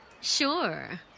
Sure